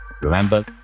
Remember